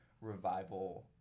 revival